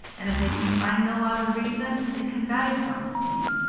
and if they can find no other reason, they can diagnose me.